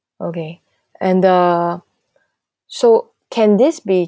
okay and uh so can this be